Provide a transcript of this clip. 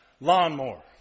lawnmower